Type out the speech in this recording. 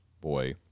boy